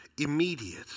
Immediate